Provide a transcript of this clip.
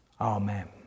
Amen